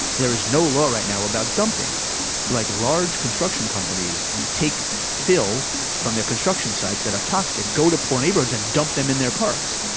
there is no law right now about dumping black large construction companies. and take phil from their construction sites that are toxic. go to poor neighborhoods and dump them in their parks.